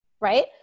right